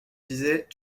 disais